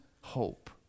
hope